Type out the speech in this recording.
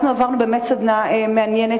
אנחנו עברנו באמת סדנה מעניינת,